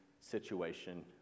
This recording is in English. situation